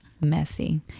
Messy